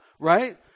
right